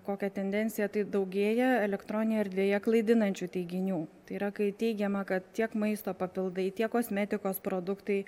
kokią tendenciją tai daugėja elektroninėje erdvėje klaidinančių teiginių tai yra kai teigiama kad tiek maisto papildai tiek kosmetikos produktai